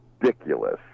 ridiculous